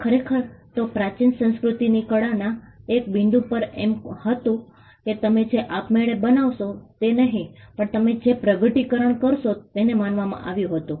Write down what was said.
ખરેખરતો પ્રાચીન સંસ્કૃતિની કળાના 1 બિંદુ પર એમ હતું કે તમે જે આપબળે બનાવશો તે નહીં પણ તમે જે પ્રગટીકરણ કરશો તેને માનવામાં આવતું હતું